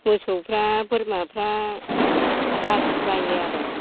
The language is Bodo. मोसौफ्रा बोरमाफ्रा गारजि जायो आरो